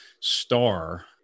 star